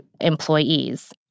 employees